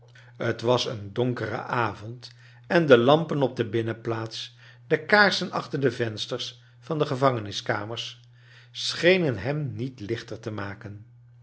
t was een donkere avond en de lampen op de binnenplaats de kaarsen achter de vensters van de gevangeniskamers schenen hem niet j licbter te maken